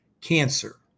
cancer